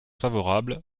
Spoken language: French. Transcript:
favorable